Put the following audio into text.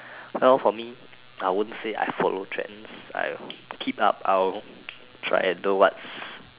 no for me I won't say I follow trends I keep up I will try and do what's